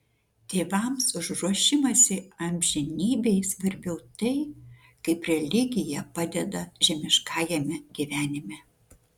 tėvams už ruošimąsi amžinybei svarbiau tai kaip religija padeda žemiškajame gyvenime